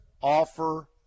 Offer